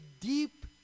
deep